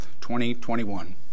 2021